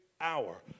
hour